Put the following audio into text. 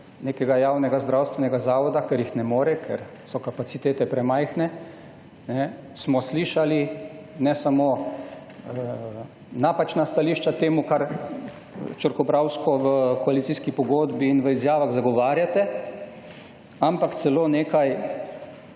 nekega javnega zdravstvenega zavoda, ker jih ne more, ker so kapacitete premajhne, smo slišali, ne samo napačna stališča temu kar črkobralsko v koalicijski pogodbi in v izjavah zagovarjate, ampak celo nekaj